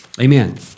Amen